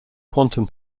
quantum